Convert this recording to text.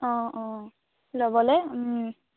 অঁ অঁ ল'বলৈ